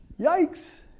Yikes